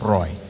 Roy